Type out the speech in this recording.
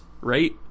right